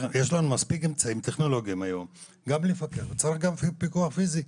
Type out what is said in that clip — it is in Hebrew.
יש לנו מספיק אמצעים טכנולוגיים היום גם לפקח וצריך גם פיקוח פיזי.